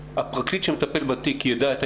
בגלל זה אמרתי שאני שואל,